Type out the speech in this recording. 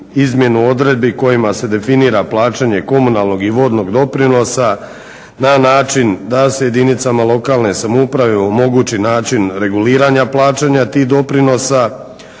izmjenu odredbi kojima se definira plaćanje komunalnog i vodnog doprinosa na način da se jedinicama lokalne samouprave omogući način reguliranja plaćanja tih doprinosa,